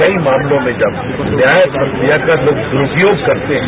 कई मामलों में जब न्याय प्रक्रिया का लोग दुरूपयोग करते है